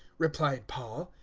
replied paul,